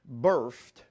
birthed